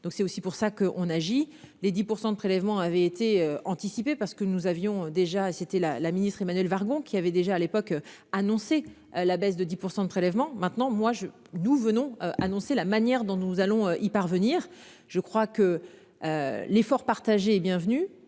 donc c'est aussi pour ça que on agit. Les 10% de prélèvements avaient été anticipée parce que nous avions déjà c'était la la ministre Emmanuel wagons qui avait déjà à l'époque. Annoncé la baisse de 10% de prélèvements, maintenant moi je nous venons annoncé la manière dont nous allons-y parvenir. Je crois que. L'effort partagé et bienvenue.